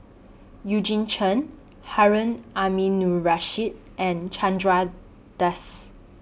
Eugene Chen Harun Aminurrashid and Chandra Das